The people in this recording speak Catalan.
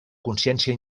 consciència